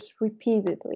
repeatedly